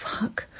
fuck